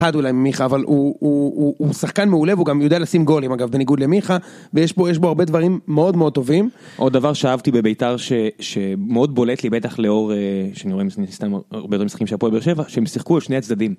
אולי מיכה אבל הוא הוא הוא הוא שחקן מעולה וגם יודע לשים גולים אגב בניגוד למיכה ויש פה יש בו הרבה דברים מאוד מאוד טובים עוד דבר שאהבתי בבית"ר שמאוד בולט לי בטח לאור של המשחקים של הפועל באר שבע שהם שיחקו על שני הצדדים